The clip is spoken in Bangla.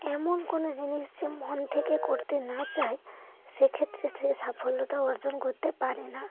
এমন কোনো জিনিস যে মন থেকে করতে না চায় সেক্ষেত্রে সে সাফল্য অর্জন করতে পারে না